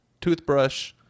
toothbrush